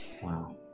wow